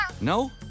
No